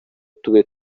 tube